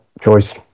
choice